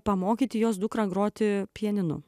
pamokyti jos dukrą groti pianinu